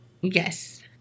Yes